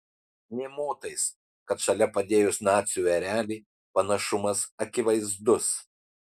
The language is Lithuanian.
nė motais kad šalia padėjus nacių erelį panašumas akivaizdus